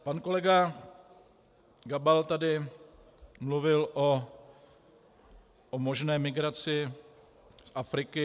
Pan kolega Gabal tady mluvil o možné migraci z Afriky.